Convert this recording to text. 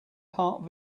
parked